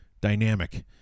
dynamic